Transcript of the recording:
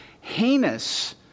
heinous